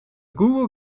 google